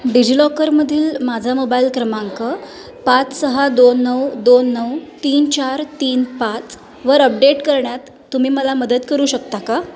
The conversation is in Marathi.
डिजिलॉकरमधील माझा मोबाईल क्रमांक पाच सहा दोन नऊ दोन नऊ तीन चार तीन पाच वर अपडेट करण्यात तुम्ही मला मदत करू शकता का